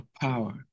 power